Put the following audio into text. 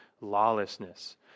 lawlessness